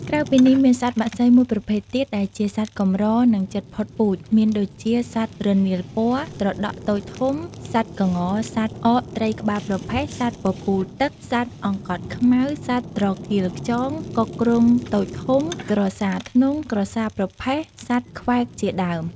ក្រៅពីនេះមានសត្វបក្សីមួយប្រភេទទៀតដែលជាសត្វកម្រនិងជិតផុតពូជមានដូចជា សត្វរនាលពណ៌ ត្រដក់តូចធំ សត្វក្ង សត្វអកត្រីក្បាលប្រផេះ សត្វពពូលទឹក សត្វអង្កត់ខ្មៅ សត្វត្រកៀលខ្យង កុកគ្រោងតូចធំ ក្រសារធ្នង់ ក្រសារប្រផេះ សត្វក្វែកជាដើម។